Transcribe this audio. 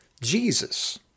Jesus